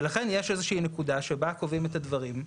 ולכן יש איזושהי נקודה שבה קובעים את הדברים.